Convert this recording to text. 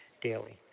daily